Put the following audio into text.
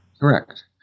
Correct